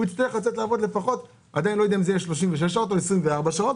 הוא יצטרך לצאת לעבוד לפחות 36 או 24 שעות,